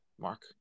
Mark